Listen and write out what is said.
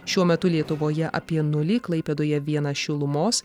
šiuo metu lietuvoje apie nulį klaipėdoje vienas šilumos